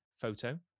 photo